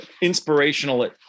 inspirational